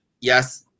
yes